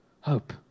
hope